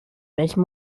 welchem